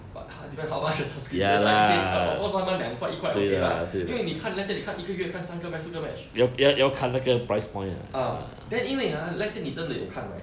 but 他 device 好吗 subscription 才一天 of cause one month 两块一块因为你看 let's say 你看一个月看三个 match 四个 match uh then 因为 ah let's say 你真的要看 right